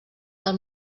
del